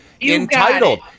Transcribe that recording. entitled